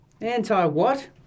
Anti-what